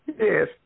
Yes